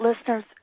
listeners